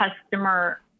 customer